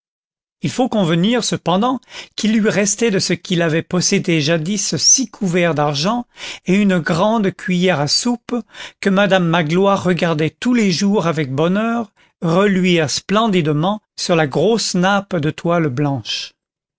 il faut convenir cependant qu'il lui restait de ce qu'il avait possédé jadis six couverts d'argent et une grande cuiller à soupe que madame magloire regardait tous les jours avec bonheur reluire splendidement sur la grosse nappe de toile blanche